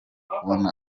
kubona